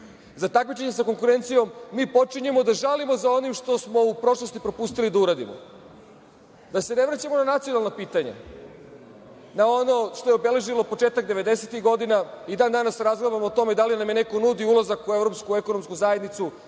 za takmičenje sa konkurencijom, mi počinjemo da žalimo za onim što smo u prošlosti propustili da uradimo. Da se ne vraćamo na nacionalna pitanja, na ono što je obeležilo početak 90-ih godina. I dan-danas razglabamo o tome da li nam je neko nudio ulazak u Evropsku ekonomsku zajednicu